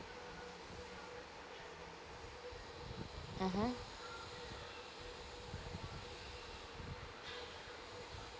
mmhmm